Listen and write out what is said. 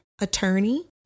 Attorney